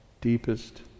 deepest